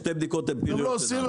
הם לא עושים,